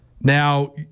now